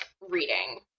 reading